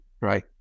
Right